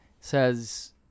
says